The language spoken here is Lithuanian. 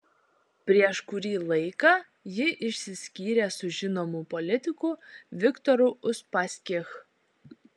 prieš kurį laiką ji išsiskyrė su žinomu politiku viktoru uspaskich